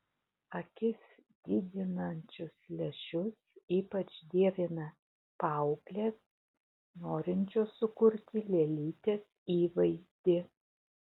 akis didinančius lęšius ypač dievina paauglės norinčios sukurti lėlytės įvaizdį